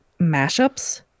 mashups